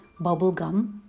bubblegum